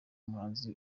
umuhanzi